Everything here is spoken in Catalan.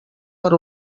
per